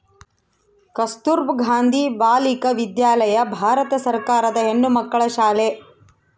ಕಸ್ತುರ್ಭ ಗಾಂಧಿ ಬಾಲಿಕ ವಿದ್ಯಾಲಯ ಭಾರತ ಸರ್ಕಾರದ ಹೆಣ್ಣುಮಕ್ಕಳ ಶಾಲೆ